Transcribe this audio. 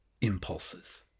impulses